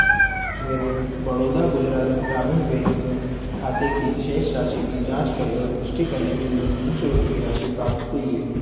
मेरे बड़ौदा गुजरात ग्रामीण बैंक खाते की शेष राशि की जाँच करे और पुष्टि करें कि मुझे तीन सौ रुपये की राशि प्राप्त हुई है